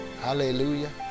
hallelujah